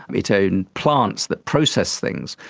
it owned plants that processed things.